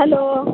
hello